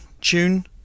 tune